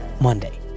Monday